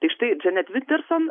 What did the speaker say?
tai štai džanet vinterson